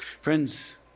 Friends